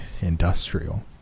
industrial